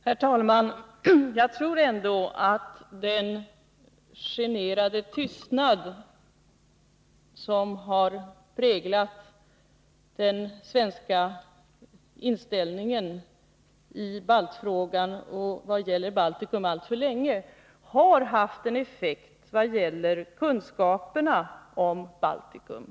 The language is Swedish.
Herr talman! Jag tror ändå att den generande tystnad som har präglat den svenska inställningen i baltfrågan alltför länge har haft effekt vad gäller kunskaperna om Baltikum.